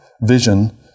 vision